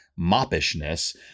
moppishness